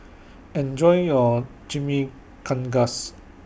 Enjoy your Chimichangas